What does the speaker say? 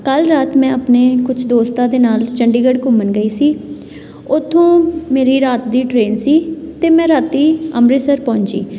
ਕੱਲ੍ਹ ਰਾਤ ਮੈਂ ਆਪਣੇ ਕੁਛ ਦੋਸਤਾਂ ਦੇ ਨਾਲ ਚੰਡੀਗੜ੍ਹ ਘੁੰਮਣ ਗਈ ਸੀ ਉਥੋਂ ਮੇਰੀ ਰਾਤ ਦੀ ਟ੍ਰੇਨ ਸੀ ਅਤੇ ਮੈਂ ਰਾਤੀ ਅੰਮ੍ਰਿਤਸਰ ਪਹੁੰਚੀ